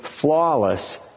flawless